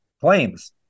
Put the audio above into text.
claims